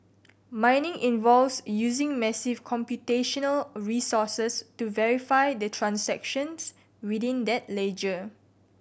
mining involves using massive computational resources to verify the transactions within that ledger